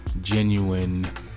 genuine